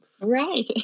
right